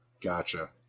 Gotcha